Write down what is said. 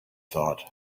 thought